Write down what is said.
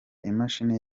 imashini